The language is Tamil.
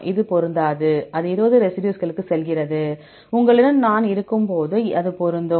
இது பொருந்தாது அது 20 ரெசிடியூஸ்களுக்கு செல்கிறது உங்களிடம் நான் இருக்கும்போது அது பொருந்தும்